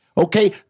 Okay